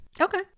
Okay